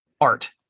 art